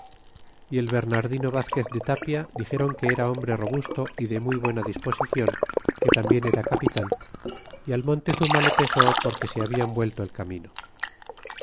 y el bernardino vazquez de tapia dixeron que era hombre robusto y de muy buena disposicion que tambien era capitan y al montezuma le pesó porque se habian vuelto del camino